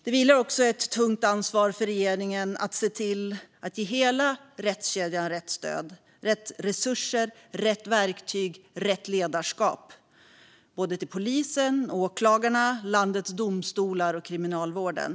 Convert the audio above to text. Det vilar också ett tungt ansvar på regeringen att se till att ge rätt stöd, resurser, verktyg och ledarskap till hela rättskedjan - till polisen, åklagarna, landets domstolar och kriminalvården.